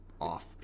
off